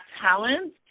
talent